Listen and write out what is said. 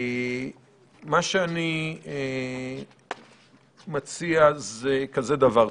מה שאני מציע הוא כזה דבר.